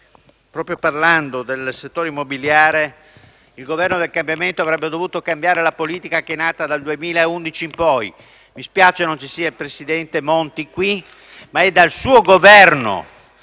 che, parlando del settore immobiliare, il Governo del cambiamento avrebbe dovuto cambiare la politica che è nata dal 2011 in poi. Mi spiace non sia presente in Aula il presidente Monti, ma è dal suo Governo